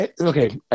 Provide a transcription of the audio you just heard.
Okay